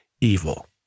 evil